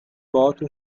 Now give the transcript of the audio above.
باهاتون